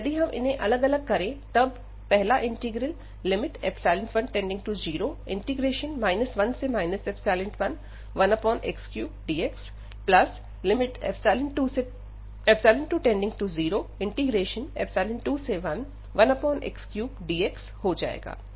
लेकिन यदि हम इन्हें अलग अलग करें तब पहला इंटीग्रल 1→0⁡ 1 11x3dx2→0⁡211x3dx हो जाएगा